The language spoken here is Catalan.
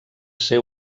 ser